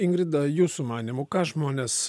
ingrida jūsų manymu ką žmonės